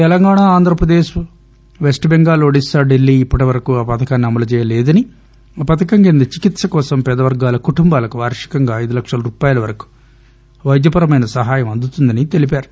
తెలంగాణా ఆంధ్రప్రదేశ్ పశ్చిమబెంగాల్ ఒడిశా ఢిల్లీ ఇప్పటివరకు ఆ పథకాన్ని అమలు చేయలేదని ఆ పథకం కింద చికిత్స కోసం పేదవర్గాల కుటుంబాలకు వార్షికంగా ఐదు లక్షల రూపాయల వరకు పైద్యపరమైన సహాయం అందుతుందని ఆయన చెప్పారు